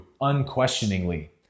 unquestioningly